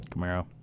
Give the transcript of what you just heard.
Camaro